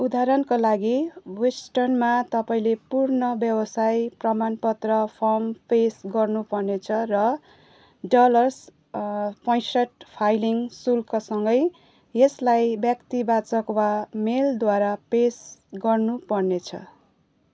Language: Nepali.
उदाहरणका लागि बोस्टनमा तपाईँँले पूर्ण व्यवसाय प्रमाणपत्र फर्म पेस गर्नु पर्नेछ र डलर पैँसठ फाइलिङ शुल्कसँगै यसलाई व्यक्तिवाचक वा मेलद्वारा पेस गर्नु पर्नेछ